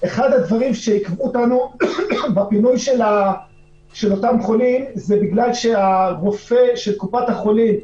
אחד הדברים שעיכבו אותנו בפינוי של החולים זה שהרופא של קופת החולים,